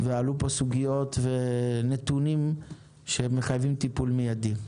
ועלו סוגיות ונתונים שמחייבים טיפול מיידי.